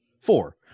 Four